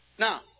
Now